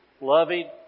loving